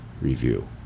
review